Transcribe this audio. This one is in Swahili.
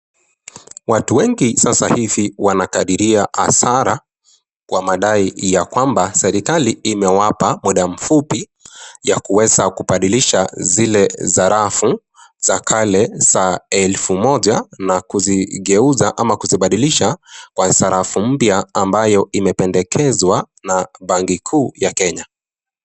Watu wengi sasa hivi wanakadiria hasara kwa madai ya kwamba serikali imewapa muda mfupi ya kuweza kubadilisha zile zarafu za kale za elfu moja na kuzigeuza ama kuzibadilisha kwa zarafu mpya ambayo imependekezwa na benki kuu ya Kenya.